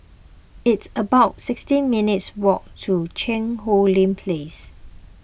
it's about sixty minutes' walk to Cheang Hong Lim Place